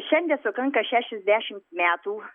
šiandie sukanka šešiasdešimt metų